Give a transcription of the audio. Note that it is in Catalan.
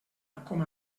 com